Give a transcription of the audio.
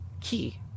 key